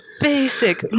basic